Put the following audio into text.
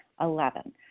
Eleven